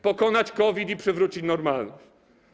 Pokonać COVID i przywrócić normalność.